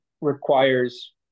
requires